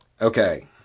okay